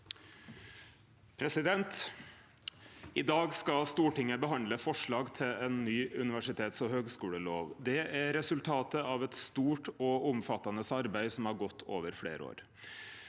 I dag skal Stor- tinget behandle forslag til ei ny universitets- og høgskulelov. Det er resultatet av eit stort og omfattande arbeid som har gått over fleire år.